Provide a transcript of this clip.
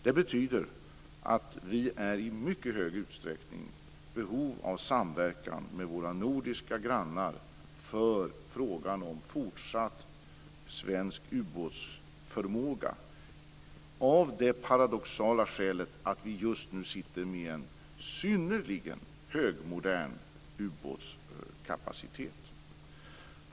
Det betyder att vi i mycket hög utsträckning är i behov av samverkan med våra nordiska grannar för frågan om fortsatt svensk ubåtsförmåga av det paradoxala skälet att vi just nu sitter med en synnerligen högmodern ubåtskapacitet.